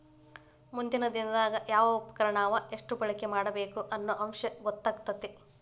ಮುಂದಿನ ದಿನದಾಗ ಯಾವ ಉಪಕರಣಾನ ಎಷ್ಟ ಬಳಕೆ ಮಾಡಬೇಕ ಅನ್ನು ಅಂಶ ಗೊತ್ತಕ್ಕತಿ